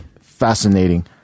fascinating